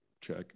Check